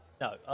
no